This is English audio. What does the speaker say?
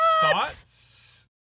Thoughts